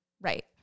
Right